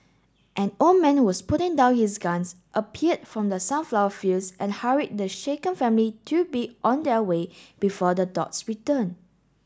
an old man who was putting down his guns appeared from the sunflower fields and hurried the shaken family to be on their way before the dogs return